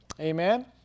Amen